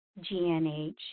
GNH